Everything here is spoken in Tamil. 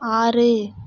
ஆறு